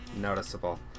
noticeable